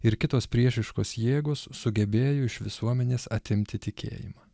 ir kitos priešiškos jėgos sugebėjo iš visuomenės atimti tikėjimą